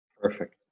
Perfect